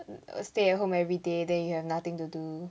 stay at home everyday then you have nothing to do